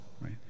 right